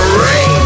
rain